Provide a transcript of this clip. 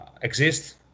exist